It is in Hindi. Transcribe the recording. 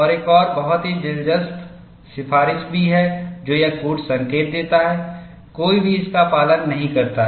और एक और बहुत ही दिलचस्प सिफारिश भी है जो यह कूट संकेत देता है कोई भी इसका पालन नहीं करता है